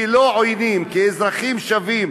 לא כאויבים, כאזרחים שווים.